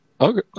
okay